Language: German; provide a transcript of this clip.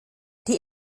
die